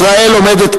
ישראל עומדת,